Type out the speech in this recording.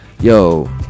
Yo